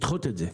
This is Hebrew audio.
לדחות את זה.